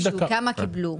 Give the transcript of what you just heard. כמה קיבלו?